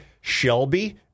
Shelby